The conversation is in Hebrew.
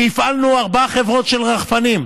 כי הפעלנו ארבע חברות של רחפנים.